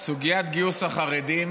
סוגיית גיוס החרדים